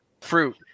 fruit